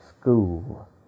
school